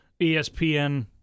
ESPN